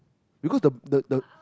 because the the the